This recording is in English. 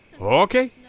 Okay